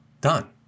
done